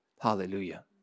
Hallelujah